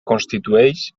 constitueix